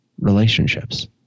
relationships